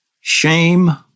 shame